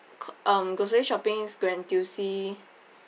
g~ um grocery shopping grand